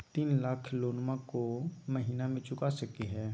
तीन लाख लोनमा को महीना मे चुका सकी हय?